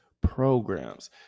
programs